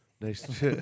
Nice